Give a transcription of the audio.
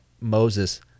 Moses